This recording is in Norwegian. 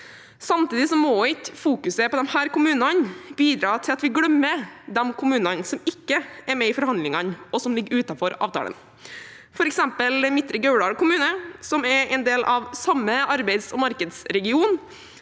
Samtidig må ikke fokus på disse kommunene bidra til at vi glemmer de kommunene som ikke er med i forhandlingene, og som ligger utenfor avtalen. Et eksempel er Midtre Gauldal kommune, som er en del av samme arbeids- og markedsregion,